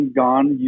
gone